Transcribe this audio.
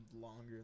longer